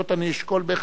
אני אשקול בהחלט.